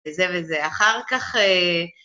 וזה וזה. אחר כך...